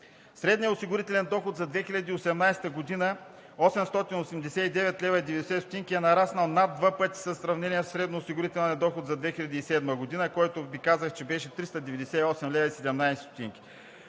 Средният осигурителен доход за 2018 г. – 889,90 лв., е нараснал над два пъти в сравнение със средно-осигурителния доход за 2007 г., за който Ви казах, че беше 398,17 лв.